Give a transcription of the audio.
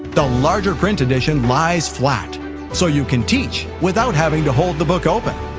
the larger print edition lies flat so you can teach without having to hold the book open.